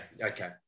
okay